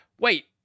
Wait